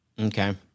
Okay